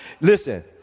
listen